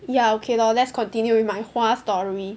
ya okay lor let's continue continue with my 花 story